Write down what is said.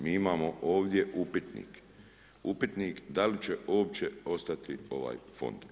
Mi imamo ovdje upitnik, upitnik da li će uopće ostati ovaj fond.